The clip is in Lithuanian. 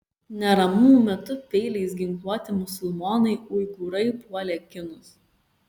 neramumų metu peiliais ginkluoti musulmonai uigūrai puolė kinus